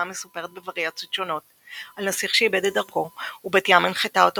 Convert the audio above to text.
המסופרת בווריאציות שונות על נסיך שאיבד את דרכו ובת ים הנחתה אותו